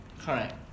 Correct